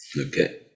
Okay